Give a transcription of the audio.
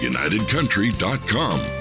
UnitedCountry.com